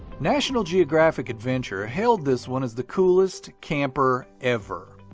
national geographic adventure hailed this one as the coolest camper ever.